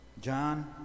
John